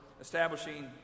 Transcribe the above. establishing